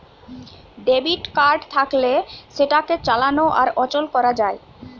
debit card থাকলে সেটাকে চালানো আর অচল করা যায়